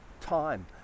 time